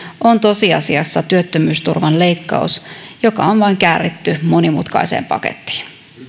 on tosiasiassa työttömyysturvan leikkaus joka on vain kääritty monimutkaiseen pakettiin